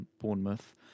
Bournemouth